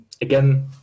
Again